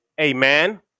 Amen